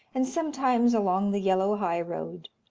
and sometimes along the yellow high road,